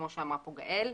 כמו שאמרה גאל אזריאל.